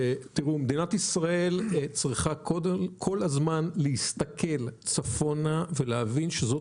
מדינת ישראל צריכה כל הזמן להסתכל צפונה ולהבין שזו